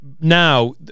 now